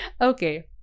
Okay